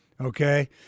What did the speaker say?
okay